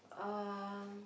um